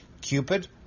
Cupid